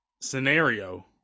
scenario